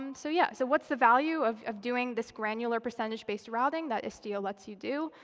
um so yeah so what's the value of of doing this granular percentage-based routing that istio lets you do?